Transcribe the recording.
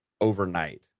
overnight